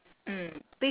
ya